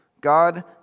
God